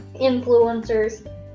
influencers